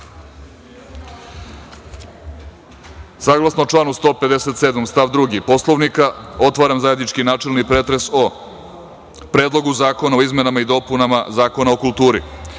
članu 157. stav 2. Poslovnika otvaram zajednički načelni pretres o: o Predlogu zakona o izmenama i dopunama zakona o kulturi,